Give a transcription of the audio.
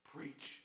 Preach